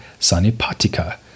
sanipatika